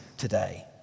today